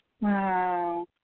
Wow